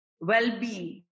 well-being